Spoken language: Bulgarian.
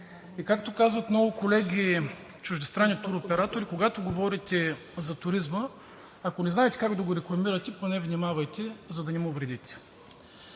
И както казват много колеги – чуждестранни туроператори, когато говорите за туризма, ако не знаете как да го рекламирате, поне внимавайте, за да не му вредите.